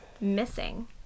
missing